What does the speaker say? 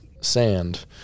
sand